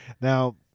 Now